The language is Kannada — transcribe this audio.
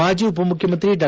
ಮಾಜಿ ಉಪಮುಖ್ಯಮಂತ್ರಿ ಡಾ